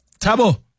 Tabo